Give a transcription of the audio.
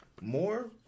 more